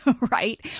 right